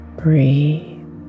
breathe